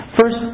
first